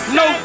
no